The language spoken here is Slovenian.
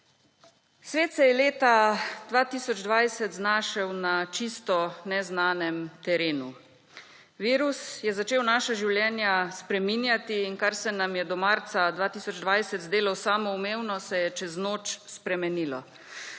Svet se je leta 2020 znašel na čisto neznanem terenu. Virus je začel naša življenja spreminjati in kar se nam je do marca 2020 zdelo samoumevno, se je čez noč spremenilo.